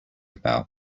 about